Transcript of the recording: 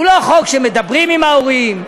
הוא לא חוק שמדברים עם ההורים,